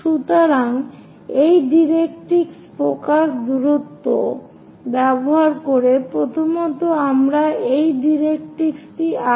সুতরাং এই directrix focus পদ্ধতি ব্যবহার করে প্রথমত আমরা এই ডাইরেক্ট্রিক্স টি আঁকবো